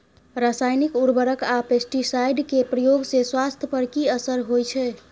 रसायनिक उर्वरक आ पेस्टिसाइड के प्रयोग से स्वास्थ्य पर कि असर होए छै?